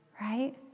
right